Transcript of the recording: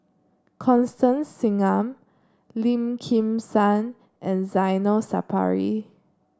Constance Singam Lim Kim San and Zainal Sapari